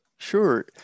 Sure